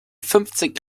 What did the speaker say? fünfzig